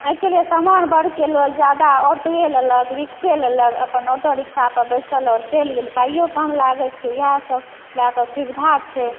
एहिके लिए सामान्य वर्गके लोग जादा ऑटोए लेलक रिक्शे लेलक अपन ऑटो रिक्शापर बैसल आओर चलि गेल पाइयो कम लागै छै इएह सब लए कऽ सुविधा छै